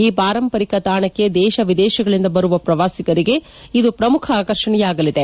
ಈ ಪಾರಂಪರಿಕ ತಾಣಕ್ಕೆ ದೇಶ ವಿದೇಶಿಗಳಿಂದ ಬರುವ ಪ್ರವಾಸಿಗರಿಗೆ ಇದು ಪ್ರಮುಖ ಆಕರ್ಷಣೆಯಾಗಲಿದೆ